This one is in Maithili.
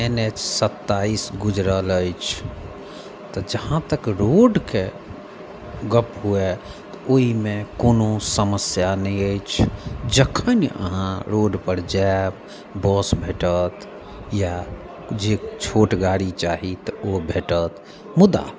एन एच सत्ताइस गुजरल अछि तऽ जहाँ तक रोडके गप्प हुए तऽ ओहिमे कोनो समस्या नहि अछि जखन अहाँ रोड पर जायब बस भेटत या जे छोट गाड़ी चाही तऽ ओ भेटत मुदा